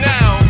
now